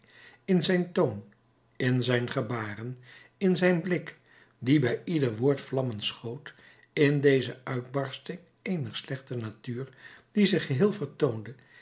in zijn toon in zijn gebaren in zijn blik die bij ieder woord vlammen schoot in deze uitbarsting eener slechte natuur die zich geheel vertoonde